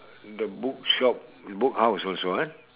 the bookshop the book house also ah